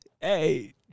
Hey